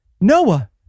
Noah